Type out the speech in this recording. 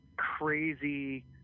crazy